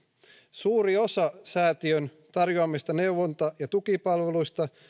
suuri osa säätiön tarjoamista neuvonta ja tukipalveluista